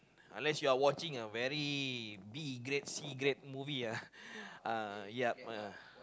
unless you are watching a very B grade C grade movie ah yup uh